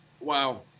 Wow